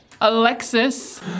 Alexis